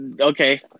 Okay